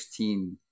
16